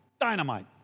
Dynamite